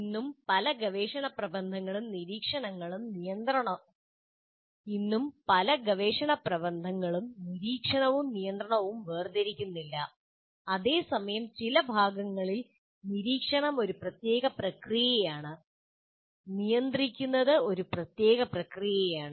ഇന്നും പല ഗവേഷണ പ്രബന്ധങ്ങളും നിരീക്ഷണവും നിയന്ത്രണവും വേർതിരിക്കുന്നില്ല അതേസമയം ചില ഭാഗങ്ങളിൽ നിരീക്ഷണം ഒരു പ്രത്യേക പ്രക്രിയയാണ് നിയന്ത്രിക്കുന്നത് ഒരു പ്രത്യേക പ്രക്രിയയാണ്